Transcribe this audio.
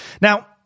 Now